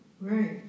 Right